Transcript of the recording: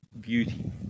beauty